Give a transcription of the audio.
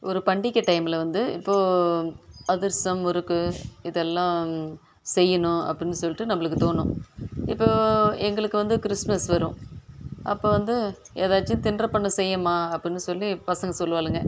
ஒரு பண்டிகை டைமில் வந்து இப்போது அதிரசம் முறுக்கு இதெல்லாம் செய்யணும் அப்பிடின்னு சொல்லிவிட்டு நம்மளுக்கு தோணும் இப்போ எங்களுக்கு வந்து கிறிஸ்மஸ் வரும் அப்போ வந்து எதாச்சும் தின் பண்டம் செய்யும்மா அப்பிடின்னு சொல்லி பசங்கள் சொல்வாளுங்க